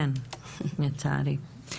כן, לצערי גם.